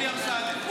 דודי אמסלם.